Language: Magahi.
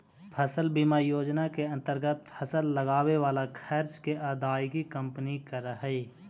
फसल बीमा योजना के अंतर्गत फसल लगावे वाला खर्च के अदायगी कंपनी करऽ हई